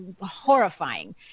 horrifying